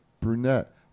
Brunette